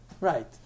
Right